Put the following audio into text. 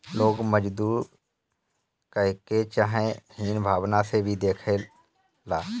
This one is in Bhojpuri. लोग मजदूर कहके चाहे हीन भावना से भी देखेला